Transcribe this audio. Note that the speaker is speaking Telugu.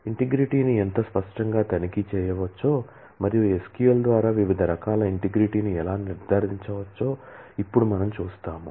ఇంటిగ్రిటీను ఎంత స్పష్టంగా తనిఖీ చేయవచ్చో మరియు SQL ద్వారా వివిధ రకాల ఇంటిగ్రిటీను ఎలా నిర్ధారించవచ్చో ఇప్పుడు మనం చూస్తాము